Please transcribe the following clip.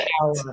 power